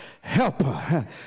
helper